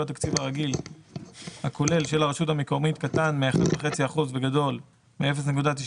התקציב הרגיל הכולל של הרשות המקומית קטן מ-מ-1.5% וגדול מ-0.95%